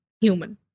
human